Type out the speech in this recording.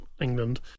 England